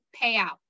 payout